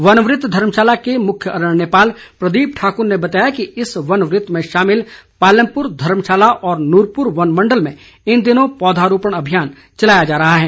one वृत धर्मशाला के मुख्य अरण्यपाल प्रदीप ठाकुर ने बताया कि इस वन वृत में शामिल पालमपुर धर्मशाला और नूरपुर वन मंडल में इन दिनों पौधरोपण अभियान चलाया जा रहा है